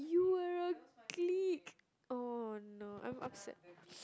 you were a gleek oh no I'm upset